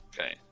Okay